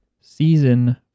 season